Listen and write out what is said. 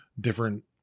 different